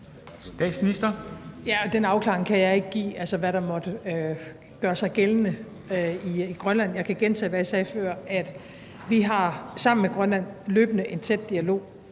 (Mette Frederiksen): Den afklaring kan jeg ikke give, altså om, hvad der måtte gøre sig gældende i Grønland. Jeg kan gentage, hvad jeg sagde før, nemlig at vi sammen med Grønland løbende har en tæt dialog,